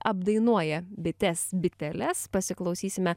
apdainuoja bites biteles pasiklausysime